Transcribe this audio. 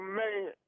man